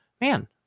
man